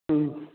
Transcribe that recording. ꯎꯝ